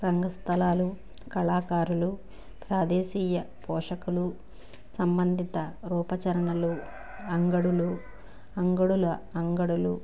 రంగస్థలాలు కళాకారులు ప్రాదేశీయ పోషకులు సంబంధిత రూపాచరణలు అంగడులు అంగడుల అంగడులు